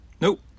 Nope